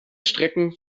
strecken